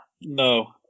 no